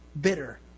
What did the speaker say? bitter